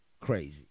crazy